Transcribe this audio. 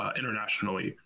internationally